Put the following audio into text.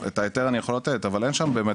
את ההיתר אני יכול לתת אבל אין שם באמת